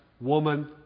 woman